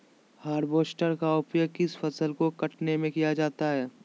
Harvester का उपयोग किस फसल को कटने में किया जाता है?